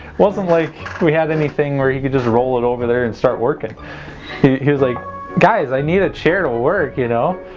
like we have anything where you could just roll it over there and start working he's like guys i need a chair to work you know